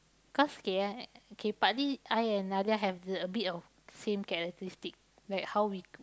cause K eh K partly I and Nadia have the a bit of same characteristic like how we k~